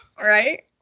Right